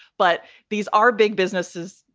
but these are big businesses,